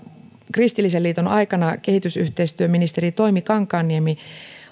kristillisen liiton aikana kehitysyhteistyöministeri toimi kankaanniemi